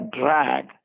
drag